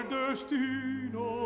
destino